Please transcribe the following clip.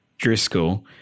Driscoll